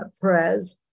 Perez